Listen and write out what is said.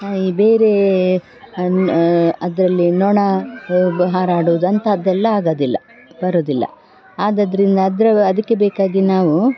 ಈ ಬೇರೆ ನಾ ಅದರಲ್ಲಿ ನೊಣ ಬ ಹಾರಾಡುದು ಅಂಥದ್ದೆಲ್ಲ ಆಗೋದಿಲ್ಲ ಬರೋದಿಲ್ಲ ಆದ್ದರಿಂದ ಅದರ ಅದಕ್ಕೆ ಬೇಕಾಗಿ ನಾವು